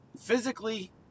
physically